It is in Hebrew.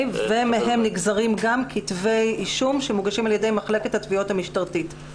מהם נגזרים גם כתבי אישום שמוגשים על ידי מחלקת התביעות המשטרתית.